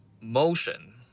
motion